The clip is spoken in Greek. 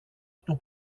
του